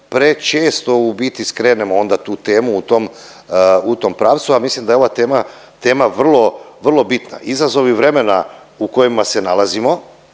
prečesto u biti skrenemo onda tu temu u tom, u tom pravcu, a mislim da je ova tema, tema vrlo, vrlo bitna. Izazovi vremena u kojima se nalazimo,